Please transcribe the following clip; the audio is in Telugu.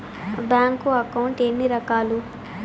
బ్యాంకు అకౌంట్ ఎన్ని రకాలు